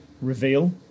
reveal